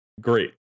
great